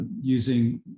using